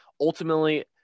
ultimately –